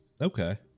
Okay